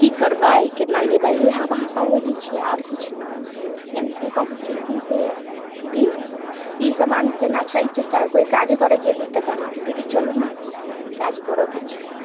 कि करबै कोना लेबै इएह भाषा बजै छिए आओर किछु नहि एनाहिते कहै छिए कि से दीदी ई समान कोना छै जे कोइ काजे करै गेली तऽ कहली कि दीदी चलू ने ई काज करऽके छै